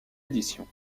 édition